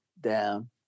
down